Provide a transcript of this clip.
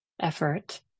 effort